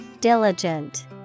Diligent